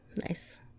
nice